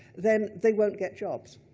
then they won't get jobs,